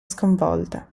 sconvolta